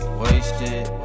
wasted